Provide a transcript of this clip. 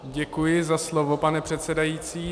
Děkuji za slovo, pane předsedající.